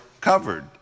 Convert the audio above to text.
covered